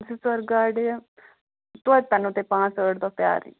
زٕ ژور گاڑِ توتہِ پٮ۪نو تۄہہِ پانٛژھ ٲٹھ دۄہ پرٛارُن